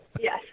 Yes